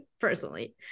personally